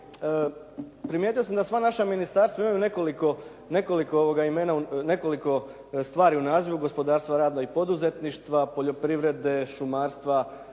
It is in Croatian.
primijetio sam da sva naša ministarstva imaju nekoliko stvari u nazivu u gospodarstva, rada i poduzetništva, poljoprivrede, šumarstva,